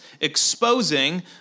exposing